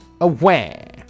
away